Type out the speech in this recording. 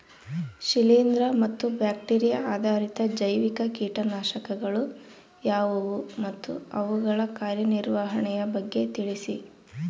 ಶಿಲೇಂದ್ರ ಮತ್ತು ಬ್ಯಾಕ್ಟಿರಿಯಾ ಆಧಾರಿತ ಜೈವಿಕ ಕೇಟನಾಶಕಗಳು ಯಾವುವು ಮತ್ತು ಅವುಗಳ ಕಾರ್ಯನಿರ್ವಹಣೆಯ ಬಗ್ಗೆ ತಿಳಿಸಿ?